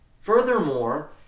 furthermore